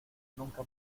nunca